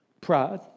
pride